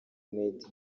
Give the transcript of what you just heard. made